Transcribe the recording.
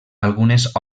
algunes